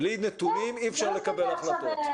בלי נתונים אי אפשר לקבל החלטות.